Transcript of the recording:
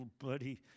buddy